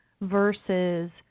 versus